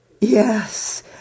yes